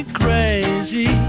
crazy